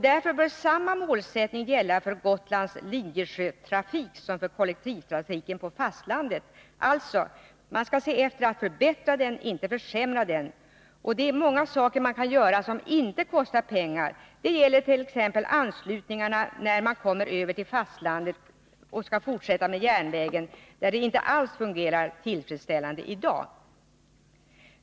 Därför bör samma målsättning gälla för Gotlands linjesjötrafik som för kollektivtrafiken på fastlandet. Man skall alltså förbättra den — inte försämra den. Det är många saker man kan göra som inte kostar pengar. Det gäller t.ex. anslutningarna när man kommer över till fastlandet och skall fortsätta med järnvägen, där det inte alls fungerar tillfredsställande i dag.